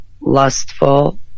lustful